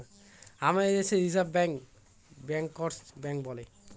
আমাদের দেশে রিসার্ভ ব্যাঙ্কে ব্যাঙ্কার্স ব্যাঙ্ক বলে